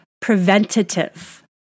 preventative